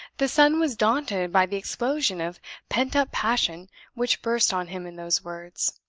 the son was daunted by the explosion of pent-up passion which burst on him in those words.